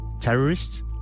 Terrorists